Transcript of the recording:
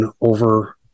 Over